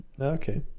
Okay